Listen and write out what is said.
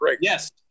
Yes